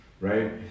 right